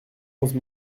onze